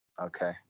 Okay